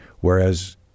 whereas